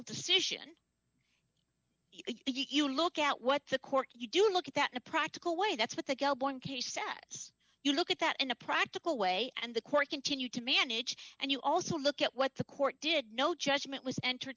decision you look at what the court you do look at that in a practical way that's what the one case sets you look at that in a practical way and the court continued to manage and you also look at what the court did no judgment was entered